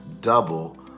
double